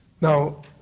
Now